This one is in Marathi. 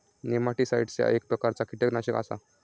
नेमाटीसाईट्स ह्या एक प्रकारचा कीटकनाशक आसा